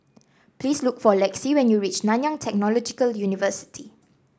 please look for Lexi when you reach Nanyang Technological University